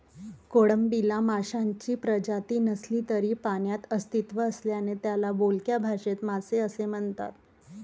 कोळंबीला माशांची प्रजाती नसली तरी पाण्यात अस्तित्व असल्याने त्याला बोलक्या भाषेत मासे असे म्हणतात